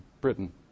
Britain